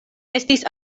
estis